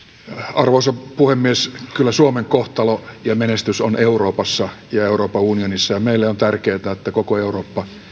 arvoisa puhemies kyllä suomen kohtalo ja menestys ovat euroopassa ja euroopan unionissa meille on tärkeätä että koko eurooppa